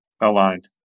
aligned